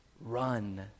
run